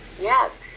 Yes